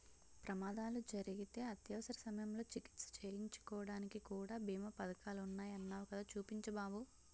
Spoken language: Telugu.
ప్రమాదాలు జరిగితే అత్యవసర సమయంలో చికిత్స చేయించుకోడానికి కూడా బీమా పదకాలున్నాయ్ అన్నావ్ కదా చూపించు బాబు